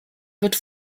wird